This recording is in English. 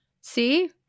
See